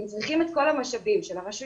אם צריכים את כל המשאבים של הרשויות,